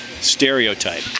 stereotype